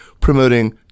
promoting